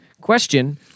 Question